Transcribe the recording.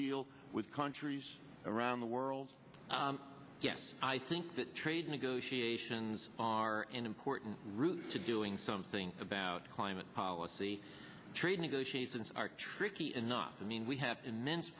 deal with countries around the world yes i think that trade negotiations are an important route to doing something about climate policy trade negotiations are tricky enough i mean we have immense